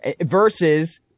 Versus